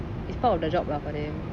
it's part of the job lah for them